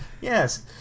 Yes